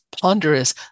ponderous